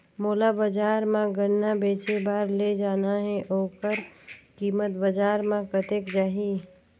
मोला बजार मां गन्ना बेचे बार ले जाना हे ओकर कीमत बजार मां कतेक जाही?